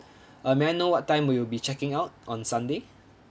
uh may I know what time will you be checking out on sunday